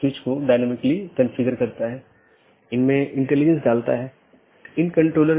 इस प्रकार एक AS में कई राऊटर में या कई नेटवर्क स्रोत हैं